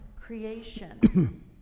creation